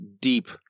deep